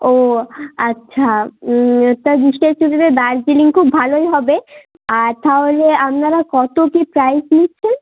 ও আচ্ছা তা গ্রীষ্মের ছুটিতে দার্জিলিং খুব ভালোই হবে আর তাহলে আপনারা কতো কী প্রাইস নিচ্ছেন